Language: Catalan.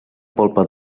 polpa